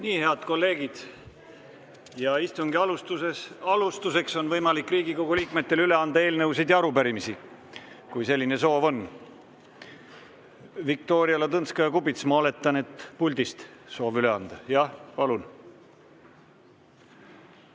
Nii, head kolleegid, istungi alguses on võimalik Riigikogu liikmetel üle anda eelnõusid ja arupärimisi, kui selline soov on. Viktoria Ladõnskaja-Kubits, ma oletan, et on soov puldist üle anda. Jah, palun!